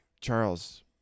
Charles